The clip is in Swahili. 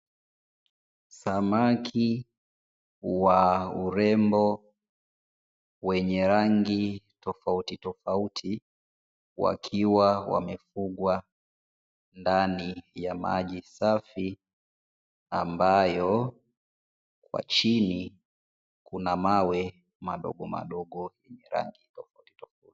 Samaki wa urembo wenye rangi tofautitofauti, wakiwa wamefugwa ndani ya maji safi ambayo kwa chini kuna mawe madogomadogo yenye rangi tofautitofauti.